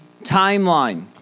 timeline